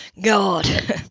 God